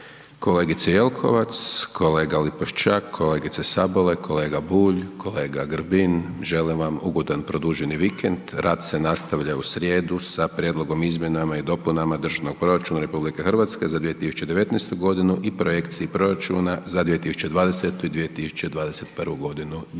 Kolegice Jelkovac, kolega Lipošćak, kolegice Sabolek, kolega Bulj, kolega Grbin, želim vam ugodan produženi vikend. Rad se nastavlja u srijedu sa Prijedlogom izmjenama i dopunama državnog proračuna RH za 2019. godinu i Projekciji proračuna za 2020. i 2021. godinu.